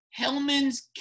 Hellman's